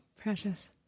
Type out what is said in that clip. Precious